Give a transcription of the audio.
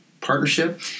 partnership